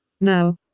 Now